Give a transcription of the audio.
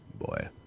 Boy